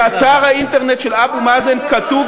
באתר האינטרנט של אבו מאזן כתוב,